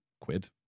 quid